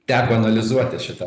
teko analizuoti šitą